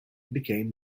became